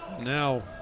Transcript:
Now